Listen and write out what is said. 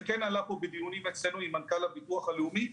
זה עלה גם בדיונים אצלנו עם מנכ"ל הביטוח הלאומי.